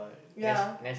ya